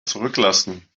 zurücklassen